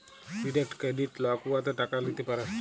direct credit লক উয়াতে টাকা ল্যিতে পারে